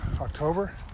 October